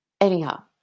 Anyhow